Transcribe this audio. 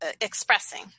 expressing